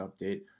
update